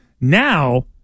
Now